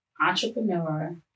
entrepreneur